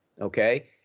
okay